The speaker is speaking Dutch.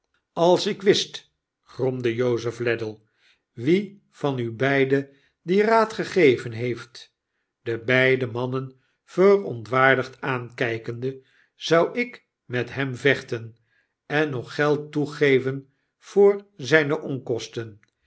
als ik wist gromde jozef ladle wie van u beiden dien raad gegeven heeft de beide mannen verontwaardigd aankpende zou ik met hem vechten en nog geld toegeven voor zyne onkosten